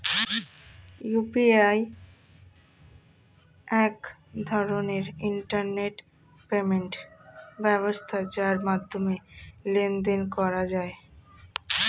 UPI এক ধরনের internet payment ব্যবস্থা যার মাধ্যমে লেনদেন করা যায়